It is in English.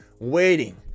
waiting